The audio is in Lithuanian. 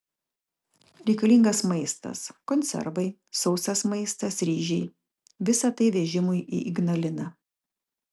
reikalingas maistas konservai sausas maistas ryžiai visa tai vežimui į ignaliną